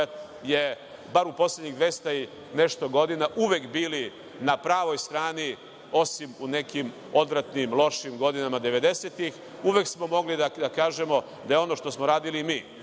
je bar u poslednjih 200 i nešto godina, uvek bili na pravoj strani, osim u nekim odvratnim, lošim godinama devedesetih, uvek smo mogli da kažemo da je ono što smo radili mi